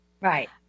Right